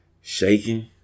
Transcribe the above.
shaking